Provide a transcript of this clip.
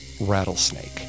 rattlesnake